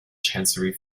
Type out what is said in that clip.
chancery